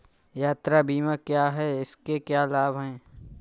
यात्रा बीमा क्या है इसके क्या लाभ हैं?